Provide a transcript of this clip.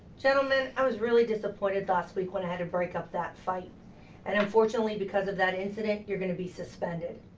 gentlemen, i was really disappointed last week when i had to break up that fight and unfortunately, because of that incident, you're gonna be suspended.